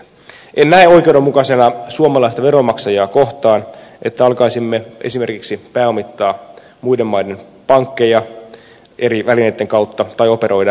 en näe oikeudenmukaisena suomalaista veronmaksajaa kohtaan että alkaisimme esimerkiksi pääomittaa muiden maiden pankkeja eri välineitten kautta tai operoida jälkimarkkinoilla